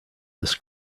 this